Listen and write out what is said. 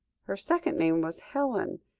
her second name was helen,